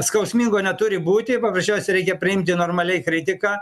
skausmingo neturi būti paprasčiausiai reikia priimti normaliai kritiką